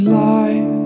life